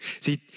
See